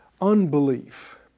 Unbelief